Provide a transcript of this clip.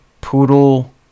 poodle